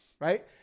right